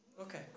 Okay